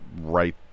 right